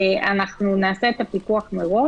נעשה את הפיקוח מראש